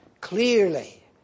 clearly